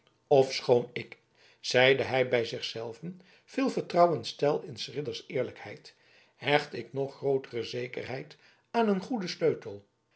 ofschoon ik zeide hij bij zich zelven veel vertrouwen stel in s ridders eerlijkheid hecht ik nog grootere zekerheid aan een goeden sleutel